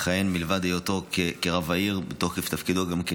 מלבד היותו רב העיר מכהן בתוקף תפקידו גם כן